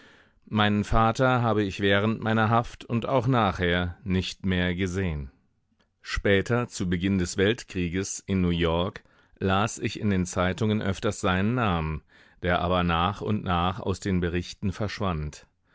meinen vater habe ich während meiner haft und auch nachher nicht mehr gesehen später zu beginn des weltkrieges in new-york las ich in den zeitungen öfters seinen namen der aber nach und nach aus den berichten verschwand